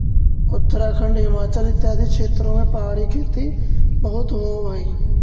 उत्तराखंड, हिमाचल इत्यादि क्षेत्रों में पहाड़ी खेती बहुत होवअ हई